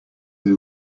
they